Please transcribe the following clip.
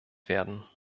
werden